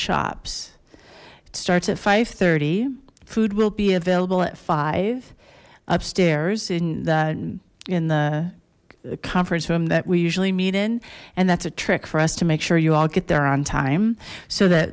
shops it starts at five thirty food will be available at five zero upstairs in that in the conference room that we usually meet in and that's a trick for us to make sure you all get there on time so that